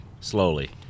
Slowly